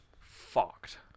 fucked